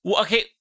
Okay